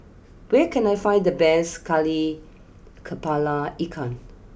where can I find the best Kari Kepala Ikan